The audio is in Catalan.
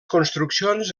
construccions